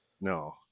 no